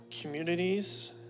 communities